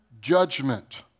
judgment